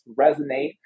resonate